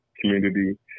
community